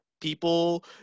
people